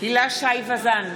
הילה וזאן,